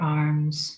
arms